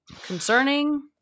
concerning